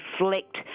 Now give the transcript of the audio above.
reflect